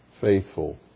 faithful